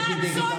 לכי תבדקי,